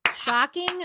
shocking